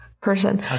person